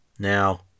Now